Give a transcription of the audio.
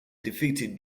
defeated